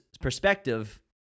perspective